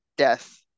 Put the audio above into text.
death